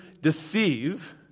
deceive